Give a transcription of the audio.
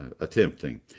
attempting